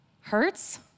hurts